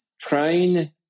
Train